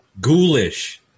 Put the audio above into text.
Ghoulish